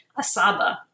asaba